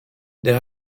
there